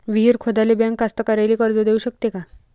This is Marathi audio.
विहीर खोदाले बँक कास्तकाराइले कर्ज देऊ शकते का?